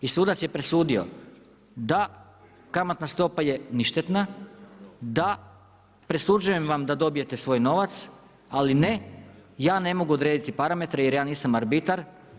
I sudac je presudio, da kamatna stopa je ništetna, da presuđujem vam da dobijete svoj novac, ali ne, ja ne mogu odrediti parametre, jer ja nisam arbitar.